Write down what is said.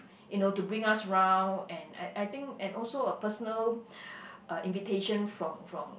you know to bring us round and I I think and also a personal invitation from from